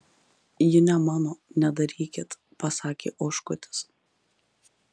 ji ne mano nedarykit pasakė oškutis